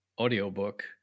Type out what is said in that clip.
audiobook